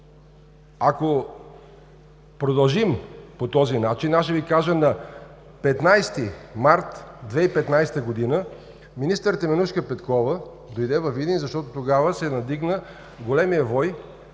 Ако продължим по този начин, ще Ви кажа, че на 15 март 2015 г. министър Теменужка Петкова дойде във Видин, защото тогава се надигна голям вой,